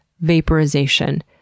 Vaporization